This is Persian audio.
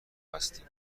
هستیم